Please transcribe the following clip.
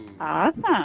Awesome